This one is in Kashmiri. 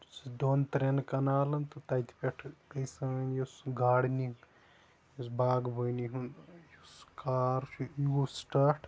دۄن ترین کَنالن تہٕ تَتہِ پٮ۪ٹھ گٔے سٲنۍ یۄس گارڈٔنِگ یۄس باغبٲنی ہُند سُہ کار چھُ یہِ گوٚوسٹاٹ